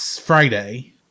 Friday